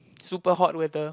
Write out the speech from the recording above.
super hot weather